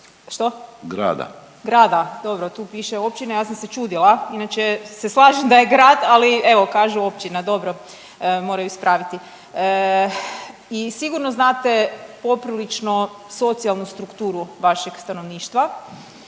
Što? …/Upadica: Grada./… Dobro tu piše općine. Ja sam se čudila, inače se slažem da je grad, ali evo kažu općina. Dobro, moraju ispraviti. I sigurno znate poprilično socijalnu strukturu vašeg stanovništva